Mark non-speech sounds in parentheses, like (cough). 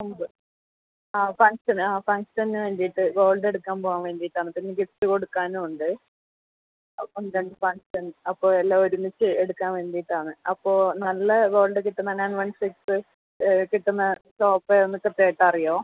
(unintelligible) ആ ഫംഗ്ഷന് ആ ഫംഗ്ഷന് വേണ്ടിയിട്ട് ഗോൾഡ് എടുക്കാൻ പോവാൻ വേണ്ടിയിട്ട് ആണ് പിന്നെ ഗിഫ്റ്റ് കൊടുക്കാനും ഉണ്ട് അപ്പോൾ (unintelligible) അപ്പോൾ എല്ലാം ഒരുമിച്ച് എടുക്കാൻ വേണ്ടിയിട്ടാണ് അപ്പോൾ നല്ല ഗോൾഡ് കിട്ടുന്ന നൈൻ വൺ സിക്സ് കിട്ടുന്ന ഷോപ്പ് ഏതാണ് കൃത്യം ആയിട്ട് അറിയാമോ